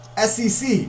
SEC